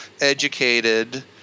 educated